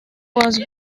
was